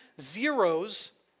zeros